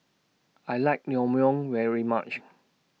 I like Naengmyeon very much